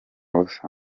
busa